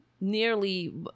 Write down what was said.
nearly